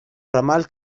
ramal